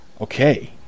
okay